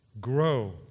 Grow